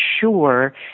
sure